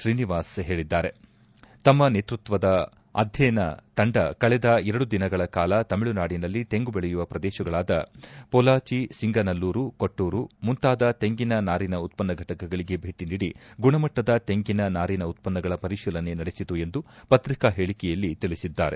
ಶ್ರೀನಿವಾಸ್ ಹೇಳಿದ್ದಾರೆ ತಮ್ನ ನೇತೃತ್ವದ ಅಧ್ಯಯನ ತಂಡ ಕಳೆದ ಎರಡು ದಿನಗಳ ಕಾಲ ತಮಿಳುನಾಡಿನಲ್ಲಿ ತೆಂಗು ಬೆಳೆಯುವ ಪ್ರದೇಶಗಳಾದ ಮೊಲಾಚಿಸಿಂಗನಲ್ಲೂರು ಕೊಟ್ಟೂರು ಮುಂತಾದ ತೆಂಗಿನ ನಾರಿನ ಉತ್ಪನ್ನ ಘಟಕಗಳಿಗೆ ಭೇಟಿ ನೀಡಿ ಗುಣಮಟ್ಟದ ತೆಂಗಿನ ನಾರಿನ ಉತ್ಪನ್ನಗಳ ಪರಿಶೀಲನೆ ನಡೆಸಿತು ಎಂದು ಪತ್ರಿಕಾ ಹೇಳಿಕೆಯಲ್ಲಿ ತಿಳಿಸಿದ್ದಾರೆ